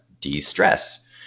de-stress